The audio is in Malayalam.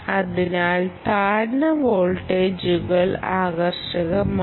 അതിനാൽ താഴ്ന്ന വോൾട്ടേജുകൾ ആകർഷകമാണ്